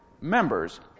members